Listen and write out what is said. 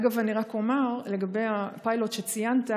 אגב, אני רק אומר לגבי הפיילוט שציינת: